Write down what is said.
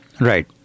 Right